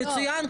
מצוין,